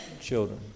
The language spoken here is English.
children